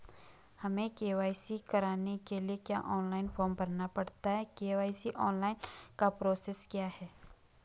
हमें के.वाई.सी कराने के लिए क्या ऑनलाइन फॉर्म भरना पड़ता है के.वाई.सी ऑनलाइन का प्रोसेस क्या है?